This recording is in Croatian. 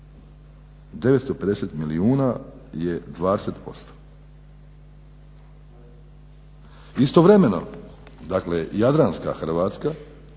950 milijuna je 20%. Istovremeno, dakle jadranska Hrvatska